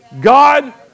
God